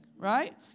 Right